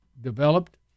developed